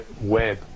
web